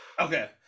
Okay